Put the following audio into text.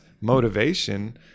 motivation